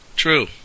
True